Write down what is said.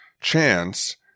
chance